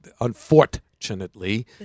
unfortunately